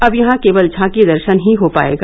अब यहां केवल झांकी दर्शन ही हो पाएगा